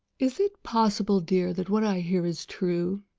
is it possible, dear, that what i hear is true?